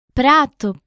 prato